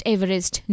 Everest